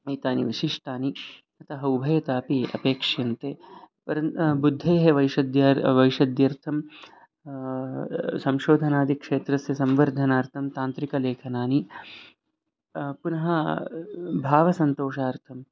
एतानि विशिष्टानि अतः उभयतापि अपेक्ष्यन्ते परन् बुद्धेः वैषद्यार् वैषद्यर्थं संशोधनादिक्षेत्रस्य संवर्धनार्थं तान्त्रिकलेखनानि पुनः भावसन्तोषार्थं